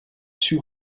two